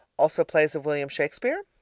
also plays of william shakespeare.